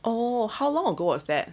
oh how long ago was that